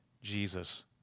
Jesus